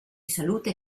salute